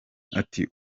ati